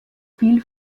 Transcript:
fiel